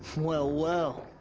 well, well.